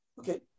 okay